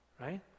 right